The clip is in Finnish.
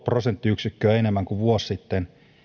prosenttiyksikköä enemmän kuin vuosi sitten